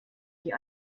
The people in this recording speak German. die